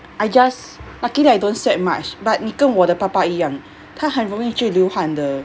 I just luckily I don't sweat much but 你跟我的爸爸一样他很容易就流汗的